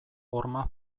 horma